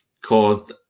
caused